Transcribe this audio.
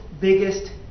biggest